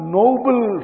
noble